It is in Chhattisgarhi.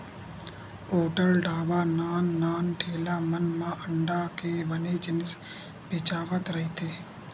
होटल, ढ़ाबा, नान नान ठेला मन म अंडा के बने जिनिस बेचावत रहिथे